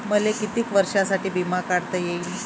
मले कितीक वर्षासाठी बिमा काढता येईन?